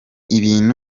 ibintu